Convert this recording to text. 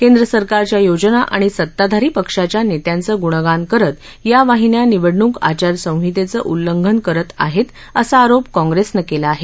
केंद्र सरकारच्या योजना आणि सत्ताधारी पक्षाच्या नेत्यांचं गुणगान करत या वाहिन्या निवडणूक आचार संहितेचं उल्लंघन करत आहेत असा आरोप काँग्रेसनं केला आहे